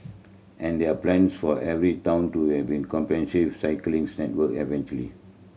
and there are plans for every town to comprehensive cycling work eventually